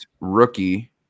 rookie